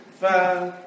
five